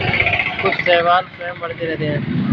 कुछ शैवाल स्वयं बढ़ते रहते हैं